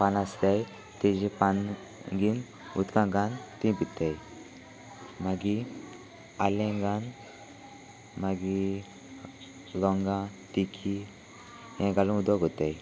पानां आसताय तेजे पान घेवन उदकांत घालून तीं पिताय मागीर आलें घालून मागीर लोंगां तिखी हें घालून उदक करताय